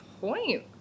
point